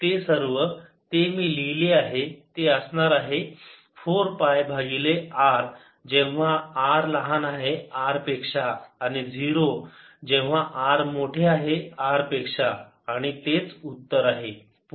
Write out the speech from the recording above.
ते सर्व ते मी लिहिले आहे ते असणार आहे 4 पाय भागिले R जेव्हा r लहान आहे R पेक्षा आणि 0 जेव्हा r मोठे आहे R पेक्षा आणि तेच उत्तर आहे